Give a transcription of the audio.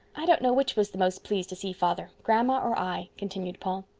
i don't know which was the most pleased to see father grandma or i, continued paul.